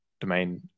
domain